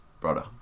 brother